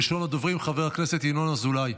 ראשון הדוברים, חבר הכנסת ינון אזולאי.